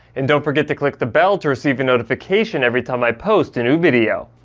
and don't forget to click the bell to receive a notification every time i post a new video.